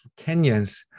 Kenyans